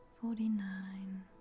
forty-nine